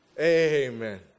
Amen